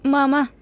Mama